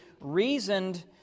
reasoned